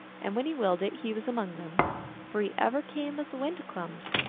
and when he willed it he was among them for he ever came as the wind comes,